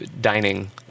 dining